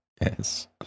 yes